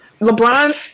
LeBron